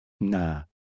Nah